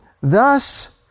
Thus